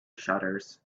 shutters